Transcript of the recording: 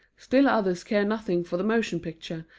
still others care nothing for the motion picture,